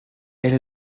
elle